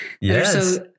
Yes